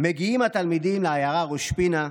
מגיעים התלמידים לעיירה ראש פינה.